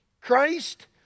Christ